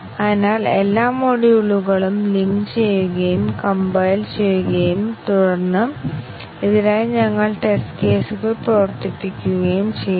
അതിനാൽ ഞങ്ങൾ ഒരു ബഗ് അവതരിപ്പിച്ചുവെന്ന് അറിഞ്ഞുകൊണ്ട് ഇപ്പോൾ ഞങ്ങൾ ടെസ്റ്റ് കേസുകൾ നടത്തുന്നു